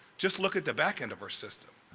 just look at the back end of our system.